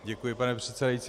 Děkuji, pane předsedající.